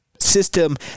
system